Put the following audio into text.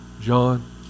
John